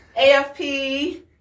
AFP